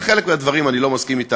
על חלק מהדברים אני לא מסכים אתך,